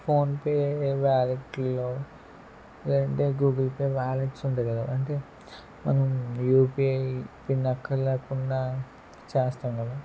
PhonePe వాలెట్లలో లేదంటే Google Pay wallets ఉంటాయి కదా అంటే మనం యూపీఐ పిన్ అక్కర్లేకుండా చేస్తాం కదా